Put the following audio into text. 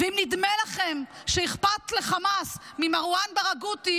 ואם נדמה לכם שאכפת לחמאס ממרואן ברגותי